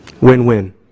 Win-win